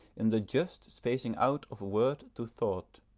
in the just spacing out of word to thought,